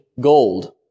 gold